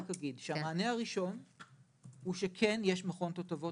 רק אגיד שהמענה הראשון הוא שכן יש מכון תותבות